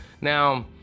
Now